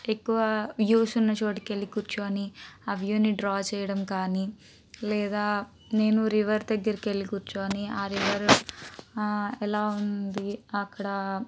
ఎక్కువ వ్యూస్ ఉన్న చోటుకెళ్ళి కుర్చోని ఆ వ్యూని డ్రా చేయడం కానీ లేదా నేను రివర్ దగ్గరకెళ్ళి కుర్చోని ఆ రివర్ ఎలా ఉంది అక్కడ